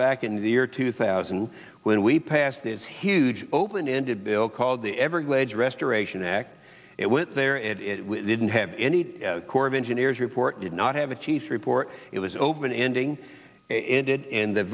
back in the year two thousand when we passed this huge open ended bill called the everglades restoration act it went there and it didn't have any corps of engineers report did not have a cheese report it was open ending ended in the